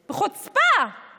חוצפה.